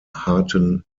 harten